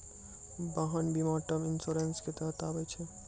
वाहन बीमा term insurance के तहत आबै छै